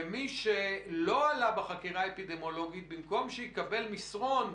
אני לא מבין למה לוותר על ההישג הזה ולהגביל אותו יותר.